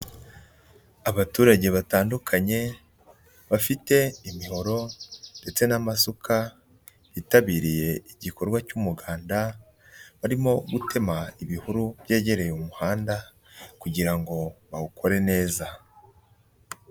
Abaturage batandukanye bafite imihoro ndetse n'amasuka bitabiriye igikorwa cy'umuganda, barimo gutema ibihuru byegereye umuhanda, kugira ngo bawukore neza.